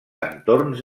entorns